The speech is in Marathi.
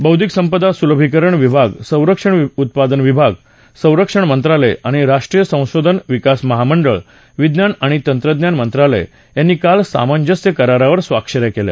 बौद्वीक संपदा सुलभीकरण विभाग संरक्षण उत्पादन विभाग संरक्षण मंत्रालय आणि राष्ट्रीय संशोधन विकास महामंडळ विज्ञान आणि तंत्रज्ञान मंत्रालय यांनी काल सामंजस्य करारावर स्वाक्षन्या केल्या